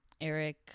Eric